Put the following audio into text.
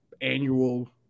annual